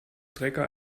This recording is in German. trecker